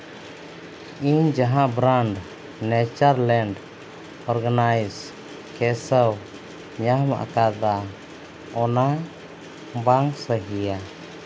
ᱤᱧ ᱡᱟᱦᱟᱸ brand Natureland Organics ᱠᱮᱥᱚ ᱧᱟᱢ ᱟᱠᱟᱫᱟ ᱚᱱᱟ ᱵᱟᱝ ᱥᱟᱹᱦᱤᱭᱟ